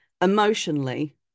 emotionally